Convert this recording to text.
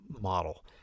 model